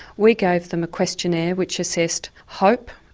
we gave them a questionnaire which assessed hope,